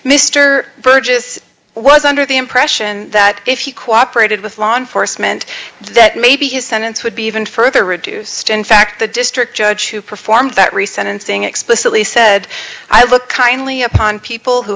burgess was under the impression that if he cooperated with law enforcement that maybe his sentence would be even further reduced in fact the district judge who performed that re sentencing explicitly said i look kindly upon people who